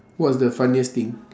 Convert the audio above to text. what's the funniest thing